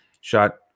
shot